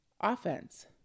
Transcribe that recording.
Offense